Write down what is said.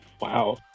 Wow